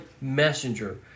messenger